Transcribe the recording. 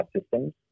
systems